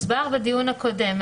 הוסבר בדיון הקודם.